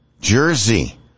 jersey